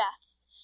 deaths